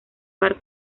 bar